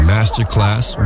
Masterclass